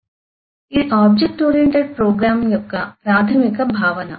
సమయం 1911 స్లైడ్ చూడండి ఇది ఆబ్జెక్ట్ ఓరియెంటెడ్ ప్రోగ్రామ్ యొక్క ప్రాథమిక భావన